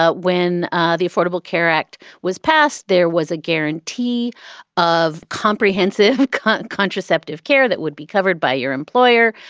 ah when the affordable care act was passed, there was a guarantee of comprehensive contraceptive care that would be covered by your employer.